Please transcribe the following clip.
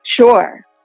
Sure